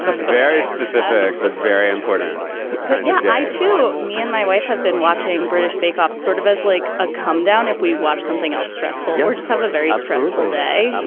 very specific, but very important yeah to me and my wife have been watching british bake off sort of as like a comedown if we watch something else stressful or just have a very stressful day. um